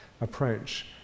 approach